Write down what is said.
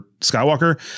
Skywalker